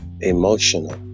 emotional